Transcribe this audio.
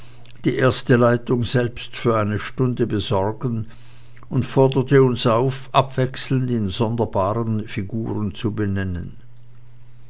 die erste leitung selbst für eine stunde besorgen und forderte uns auf abwechselnd die sonderbaren figuren zu benennen